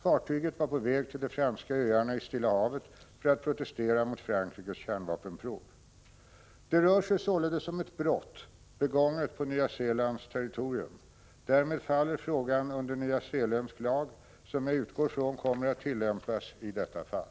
Fartyget var på väg till de franska öarna i Stilla havet för att protestera mot Frankrikes kärnvapenprov. Det rör sig således om ett brott begånget på Nya Zeelands territorium. Därmed faller frågan under nyzeeländsk lag, som jag utgår från kommer att tillämpas i detta fall.